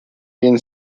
wien